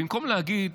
במקום להגיד: